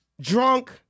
drunk